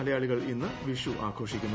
മലയാളികൾ ഇന്ന് വിഷു ആഘോഷിക്കുന്നു